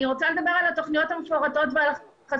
אני רוצה לדבר על התוכניות המפורטות ועל החסמים.